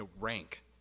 rank